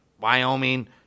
Wyoming